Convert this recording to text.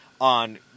on